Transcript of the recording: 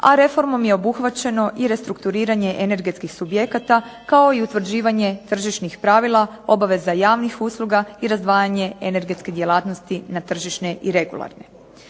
a reformom je obuhvaćeno i restrukturiranje energetskih subjekata kao i utvrđivanje tržišnih pravila, obaveza javnih usluga i razdvajanje energetske djelatnosti na tržišne i regularne.